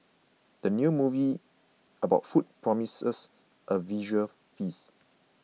the new movie about food promises a visual feast